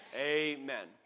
Amen